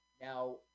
now